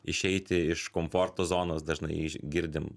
išeiti iš komforto zonos dažnai girdim